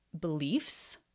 beliefs